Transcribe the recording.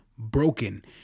broken